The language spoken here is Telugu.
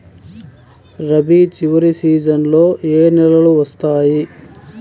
రబీ చివరి సీజన్లో ఏ నెలలు వస్తాయి?